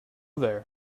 there